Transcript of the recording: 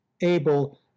able